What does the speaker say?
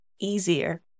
easier